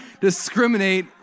discriminate